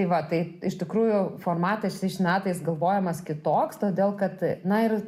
tai va tai iš tikrųjų formatas šiais metais galvojimas kitoks todėl kad na ir